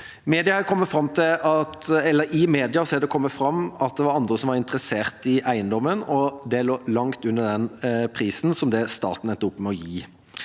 I mediene har det kommet fram at det var andre som var interessert i eiendommen, til langt under den prisen som staten endte